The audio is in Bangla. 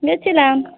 গিয়েছিলাম